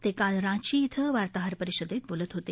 ते काल रांची इथं वार्ताहर परिषदेत बोलत होते